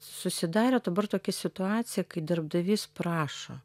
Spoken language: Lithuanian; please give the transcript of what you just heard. susidarė dabar tokia situacija kai darbdavys prašo